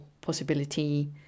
possibility